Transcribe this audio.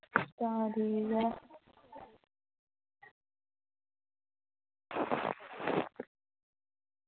तां ठीक ऐ